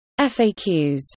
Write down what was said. faqs